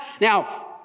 Now